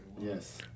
Yes